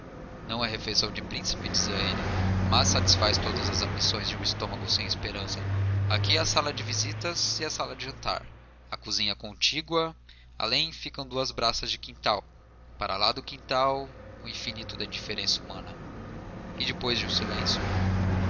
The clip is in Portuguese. não é refeição de príncipe dizia ele mas satisfaz todas as ambições de um estômago sem esperança aqui é a sala de visitas e a sala de jantar a cozinha é contígua além ficam duas braças de quintal para lá do quintal o infinito da indiferença humana e depois de um silêncio